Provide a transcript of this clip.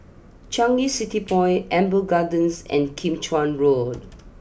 Changi City Point Amber Gardens and Kim Chuan Road